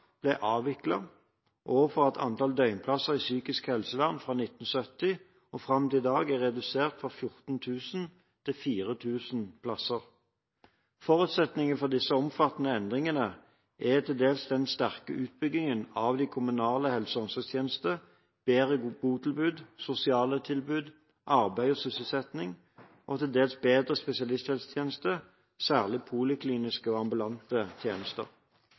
ble avviklet og for at antall døgnplasser i psykisk helsevern fra 1970 og fram til dag, er redusert fra 14 000 til 4 000 plasser. Forutsetningen for disse omfattende endringene er dels den sterke utbyggingen av den kommunale helse- og omsorgstjenesten, bedre botilbud, sosiale tilbud, arbeid og sysselsetting, og dels bedre spesialisthelsetjenester, særlig polikliniske og ambulante tjenester.